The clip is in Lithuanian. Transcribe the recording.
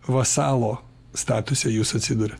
vasalo statuse jūs atsiduriat